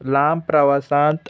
लांब प्रवासांत